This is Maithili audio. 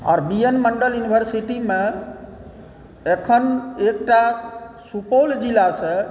आर बी एन मण्डल यूनिवर्सिटीमे अखन एकटा सुपौल जिलासॅं